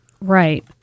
Right